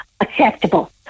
acceptable